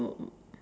um